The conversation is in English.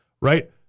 right